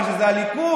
אבל כשזה הליכוד,